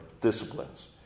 disciplines